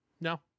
No